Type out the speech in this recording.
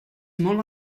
molt